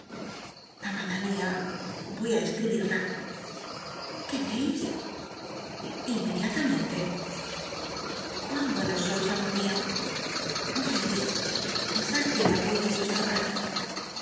amada mia oy á escla queréis inmediatamente cuan sois amor mío day dejad que me apoye en nresto brazo